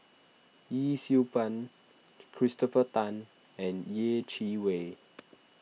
Yee Siew Pun Christopher Tan and Yeh Chi Wei